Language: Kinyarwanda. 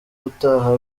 utaha